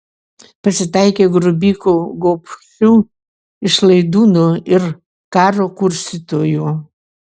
pasitaikė grobikų gobšių išlaidūnų ir karo kurstytojų